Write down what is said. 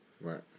Right